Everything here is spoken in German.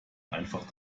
einfach